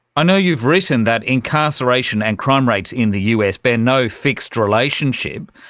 i know you've written that incarceration and crime rates in the us bear no fixed relationship,